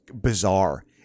bizarre